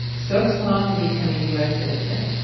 sok's mom had become a u s. citizen.